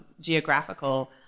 geographical